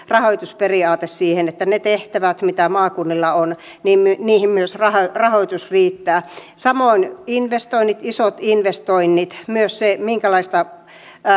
rahoitusperiaate siihen että niihin tehtäviin mitä maakunnilla on myös rahoitus riittää samoin investoinnit isot investoinnit ja myös se minkälaista